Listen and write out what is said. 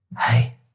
Hey